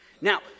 Now